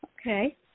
Okay